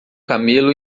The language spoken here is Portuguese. camelo